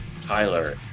Tyler